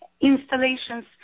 installations